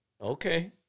Okay